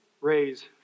raise